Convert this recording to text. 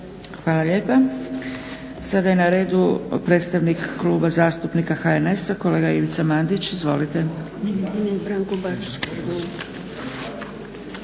Hvala lijepa. Sada je na redu predstavnik Kluba zastupnika HNS-a kolega Ivica Mandić. Izvolite.